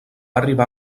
arribar